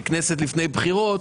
שכנסת לפני בחירות,